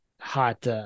hot